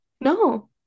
No